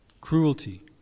Cruelty